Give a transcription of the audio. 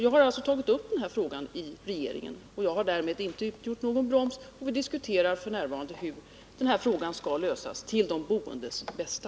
Jag har alltså tagit upp den här frågan i regeringen och har därmed inte utgjort någon broms. Vi diskuterar f. n. hur frågan skall lösas till de boendes bästa.